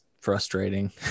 frustrating